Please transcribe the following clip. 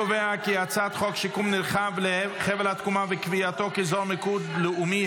את הצעת חוק שיקום נרחב לחבל התקומה וקביעתו כאזור מיקוד לאומי,